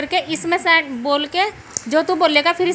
वित्तीय बाजार की दक्षता के लिए कई अवधारणाएं प्रचलित है